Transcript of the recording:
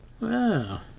Wow